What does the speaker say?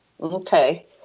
Okay